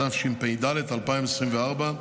התשפ"ד 2024,